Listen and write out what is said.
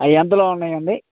అవి ఎంతలో ఉన్నాయి అండి